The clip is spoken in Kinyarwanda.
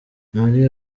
mali